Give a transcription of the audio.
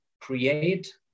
create